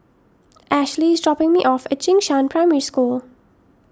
Ashely is dropping me off at Jing Shan Primary School